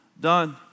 done